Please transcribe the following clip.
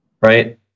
right